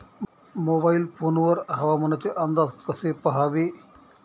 Mobile phone वर हवामानाचे अंदाज कसे पहावे?